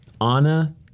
Anna